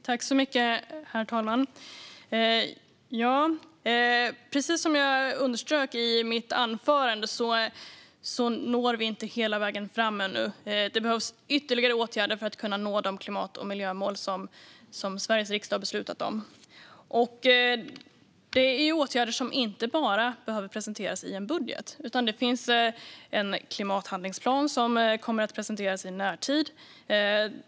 Herr talman! Precis som jag underströk i mitt anförande når vi inte hela vägen fram ännu. Det behövs ytterligare åtgärder för att kunna nå de klimat och miljömål som Sveriges riksdag har beslutat om. Åtgärder behöver inte bara presenteras i en budget, utan det finns en klimathandlingsplan som kommer att presenteras i närtid.